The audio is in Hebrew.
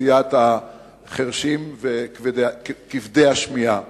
אוכלוסיית החירשים וכבדי השמיעה.